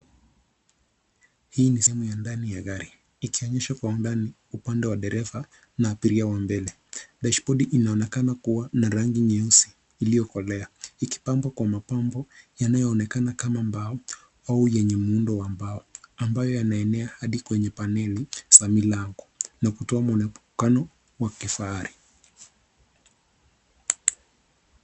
Hii ni sehemu ya ndani ya gari, ikionyesha kwa undani wa upande wa dereva na abiria wa mbele. Dashibodi inaonekana kuwa na rangi nyeusi iliyokolea ikipambwa kwa mapambo yanayoonekana kama mbao au yenye muundo wa mbao ambayo yanaenea hadi kwenye paneli la milango na kutoa mwonekano wa kifahari.